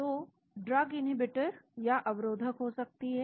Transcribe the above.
तो drug inhibitor या अवरोधक हो सकती है